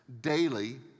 daily